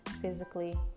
physically